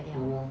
ya lor